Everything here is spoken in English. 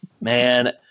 man